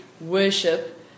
worship